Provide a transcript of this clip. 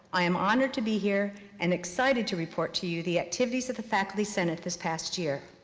i am honored to be here and excited to report to you the activities of the faculty senate this past year.